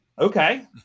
Okay